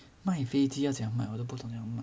卖飞机要怎样卖我都不懂怎么样卖